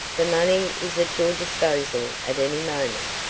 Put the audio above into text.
the money is at your disposal at any moment.